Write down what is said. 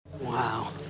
Wow